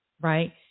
right